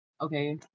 okay